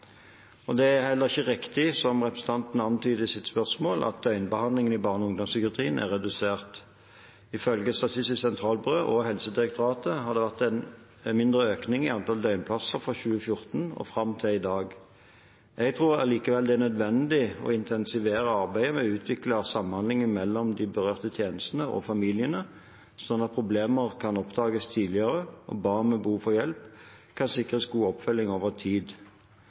Det er ikke riktig, som representanten antyder i sitt spørsmål, at døgnbehandlingen i barne- og ungdomspsykiatrien er redusert. Ifølge Statistisk sentralbyrå og Helsedirektoratet har det vært en mindre økning i antall døgnplasser fra 2014 og fram til i dag. Jeg tror likevel det er nødvendig å intensivere arbeidet med å utvikle samhandlingen mellom de berørte tjenestene og familiene, slik at problemer kan oppdages tidligere, og at barn med behov for hjelp kan sikres god oppfølging over tid.